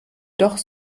doch